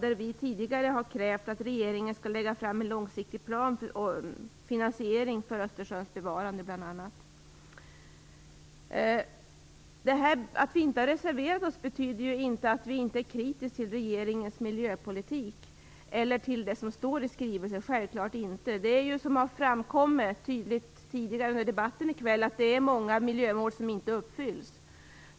Vi har tidigare krävt att regeringen skall lägga fram en långsiktig plan för och finansiering av Östersjöns bevarande bl.a. Att vi inte har reserverat oss betyder självfallet inte att vi inte är kritiska till regeringens miljöpolitik eller till det som står i skrivelsen. Som tidigare tydligt har framkommit i debatten i kväll är det många miljömål som inte uppfylls.